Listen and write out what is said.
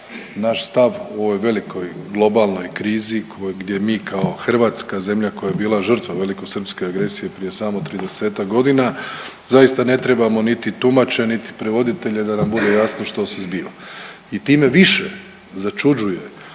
Naš stav u ovoj velikoj globalnoj krizi gdje mi kao Hrvatska, zemlja koja je bila žrtva velikosrpske agresije prije samo 30-tak godina zaista ne trebamo niti tumače, niti prevoditelje da nam bude jasno što se zbiva. I time više začuđuje